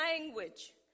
language